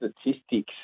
statistics